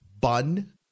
bun